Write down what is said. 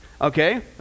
okay